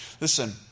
Listen